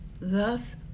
Thus